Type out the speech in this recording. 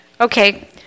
Okay